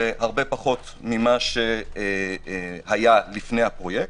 והרבה פחות ממה שהיה לפני הפרויקט.